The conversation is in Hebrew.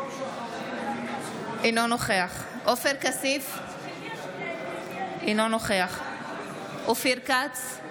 אינו נוכח עופר כסיף, אינו נוכח אופיר כץ,